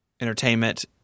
entertainment